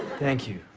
thank you.